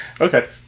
Okay